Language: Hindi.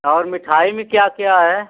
और मिठाई में क्या क्या है